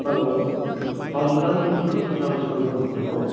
hello हजुर Darjeeling tours and ट्र्याबल्सबाट बोल्नुभएको